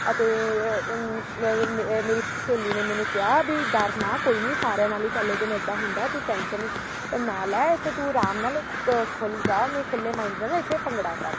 ਅਤੇ ਮੇਰੀ ਸਹੇਲੀ ਨੇ ਮੈਨੂੰ ਕਿਹਾ ਵੀ ਡਰ ਨਾ ਕੋਈ ਨਹੀਂ ਸਾਰਿਆਂ ਨਾਲ ਹੀ ਪਹਿਲੇ ਦਿਨ ਇੱਦਾਂ ਹੁੰਦਾ ਤੂੰ ਟੈਂਸ਼ਨ ਨਾ ਲੈ ਅਤੇ ਤੂੰ ਆਰਾਮ ਨਾਲ ਖ ਖੁੱਲ੍ਹ ਜਾ ਮੈ ਖੁੱਲ੍ਹੇ ਮਾਈਂਡ ਨਾਲ ਇੱਥੇ ਭੰਗੜਾ ਕਰ